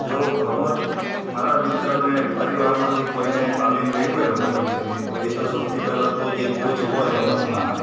જો રમત મારા મિત્ર અને પરિવારમાંથી કોઈને તાલીમ લેવી હોય રમત વિષેની તો એ તો સૌથી પહેલાં તો જે કોચ હોય રમતના